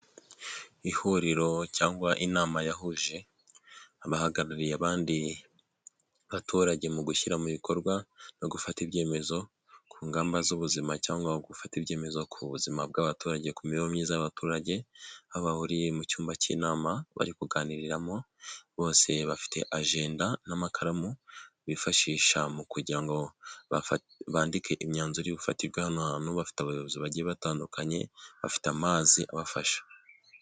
Ihuriro cyangwa inama yahuje abahagarariye abandi baturage mu gushyira mu bikorwa no gufata ibyemezo ku ngamba z'ubuzima cyangwa gufata ibyemezo ku buzima bw'abaturage ku mibereho myiza y'abaturage babahuriye mu cyumba cy'inama bari kuganiriramo bose bafite ajenda n'amakaramu bifashisha mu kugira ngo bandike imyanzuro iri bufatirwe hano hantu bafite abayobozi bagiye batandukanye bafite amazi abafasha.